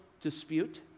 dispute